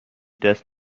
دست